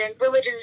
Religion